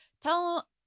tell